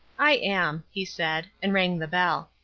i am, he said, and rang the bell.